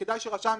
כדאי שרשם